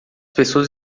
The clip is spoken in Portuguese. pessoas